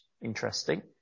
Interesting